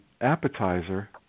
appetizer